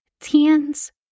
Tans